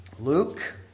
Luke